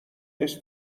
نیست